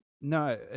No